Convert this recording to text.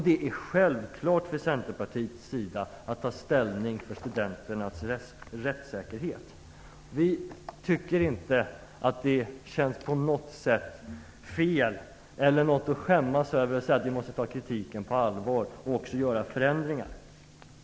Det är en självklarhet för Centerpartiet att ta ställning för studenternas rättssäkerhet. Vi tycker inte att det på något sätt känns fel, och det är heller inte något att skämmas över, att säga att kritiken måste tas på allvar och att förändringar måste göras.